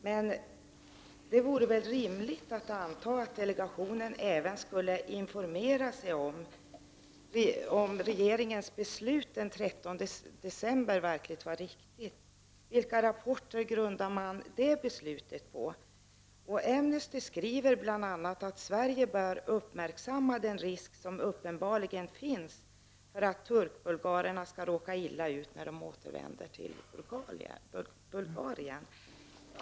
Men det var väl rimligt att anta att delegationen även skulle informera sig om huruvida regeringens beslut den 13 december verkligen var riktigt. Vilka rapporter grundade regeringen det beslutet på? Amnesty skriver bl.a. att Sverige bör uppmärksamma den risk som uppenbarligen finns för att turkbulgarerna skall råka illa ut när de återvänder till Bulgarien.